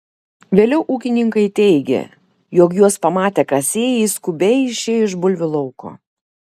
vėliau ūkininkai teigė jog juos pamatę kasėjai skubiai išėjo iš bulvių lauko